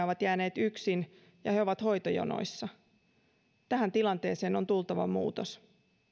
ovat jääneet yksin ja he ovat hoitojonoissa tähän tilanteeseen on tultava muutos